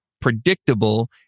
predictable